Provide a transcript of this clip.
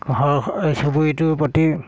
ঘৰ চুবুৰীটোৰ প্ৰতি